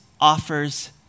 offers